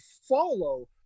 follow